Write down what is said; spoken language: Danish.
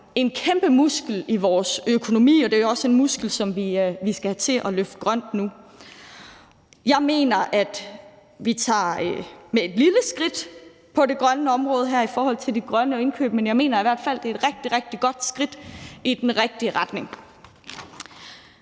en kæmpe muskel i vores økonomi, og det er også en muskel, som vi skal have til at løfte grønt nu. Jeg mener, at vi her tager et lille skridt på det grønne område i forhold til de grønne indkøb, men jeg mener, det er et rigtig, rigtig godt skridt i den rigtige retning.